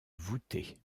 voûtée